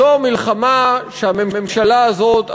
זו מלחמה שהממשלה הזאת,